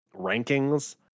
rankings